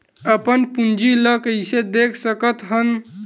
अपन पूंजी ला कइसे देख सकत हन?